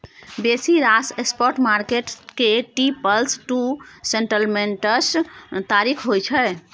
बेसी रास spot market के टी प्लस टू सेटलमेंट्स तारीख होइ छै